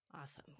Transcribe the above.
Awesome